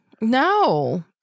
No